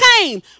came